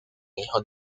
hijo